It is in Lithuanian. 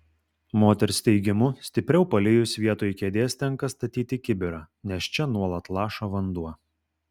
moters teigimu stipriau palijus vietoj kėdės tenka statyti kibirą nes čia nuolat laša vanduo